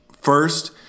first